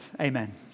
Amen